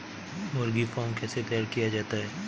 मुर्गी फार्म कैसे तैयार किया जाता है?